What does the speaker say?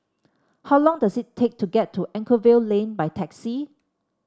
how long does it take to get to Anchorvale Lane by taxi